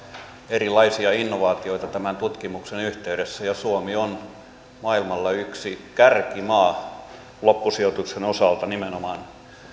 erilaisia innovaatioita tämän tutkimuksen yhteydessä ja suomi on maailmalla yksi kärkimaa loppusijoituksen osalta nimenomaan